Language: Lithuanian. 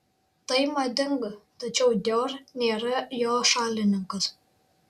tai madinga tačiau dior nėra jo šalininkas